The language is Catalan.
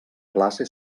classe